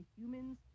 humans